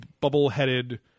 bubble-headed